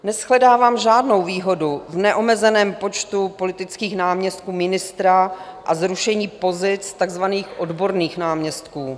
Neshledávám žádnou výhodu v neomezeném počtu politických náměstků ministra a zrušení pozic takzvaných odborných náměstků.